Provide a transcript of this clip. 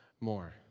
more